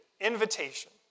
invitation